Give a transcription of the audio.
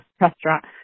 restaurant